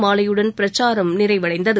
மாலையுடன் பிரச்சாரம் நிறைவடைந்தது